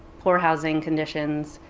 poor housing conditions,